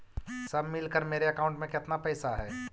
सब मिलकर मेरे अकाउंट में केतना पैसा है?